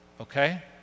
okay